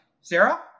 Sarah